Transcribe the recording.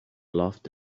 laughed